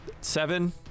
Seven